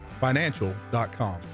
financial.com